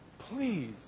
Please